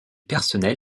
personnel